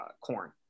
corn